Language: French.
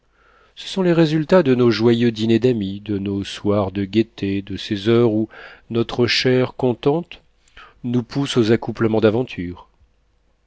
ce sont les résultats de nos joyeux dîners d'amis de nos soirs de gaîté de ces heures où notre chair contente nous pousse aux accouplements d'aventure